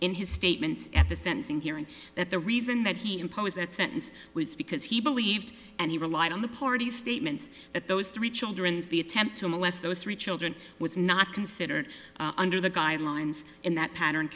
in his statements at the sentencing hearing that the reason that he impose that's this was because he believed and he relied on the party statements at those three children as the attempt to molest those three children was not considered under the guidelines and that pattern